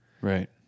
right